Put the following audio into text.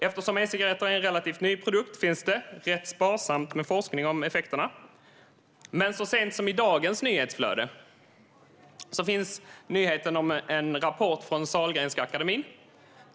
Eftersom e-cigaretten är en relativt ny produkt finns det rätt sparsamt med forskning om dess effekter. Men så sent som i dagens nyhetsflöde finns nyheten om en rapport från Sahlgrenska akademin.